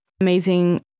Amazing